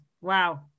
Wow